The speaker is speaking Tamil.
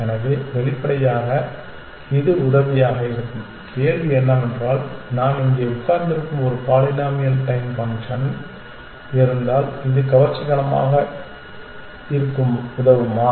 எனவே வெளிப்படையாக இது உதவியாக இருக்கும் கேள்வி என்னவென்றால் நான் இங்கே உட்கார்ந்திருக்கும் ஒரு பாலினாமியல் டைம் ஃபங்க்ஷன் இருந்தால் இது கவர்ச்சிகரமானதாக இருக்க உதவுமா